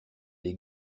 les